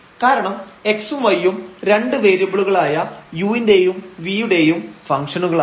കാരണം x ഉം y ഉം രണ്ട് വേരിയബിളുകളായ u ടെയും v ടെയും ഫംഗ്ഷനുകളാണ്